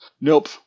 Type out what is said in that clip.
Nope